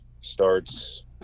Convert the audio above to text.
starts